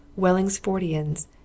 Wellingsfordians